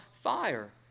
fire